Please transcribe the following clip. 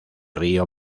río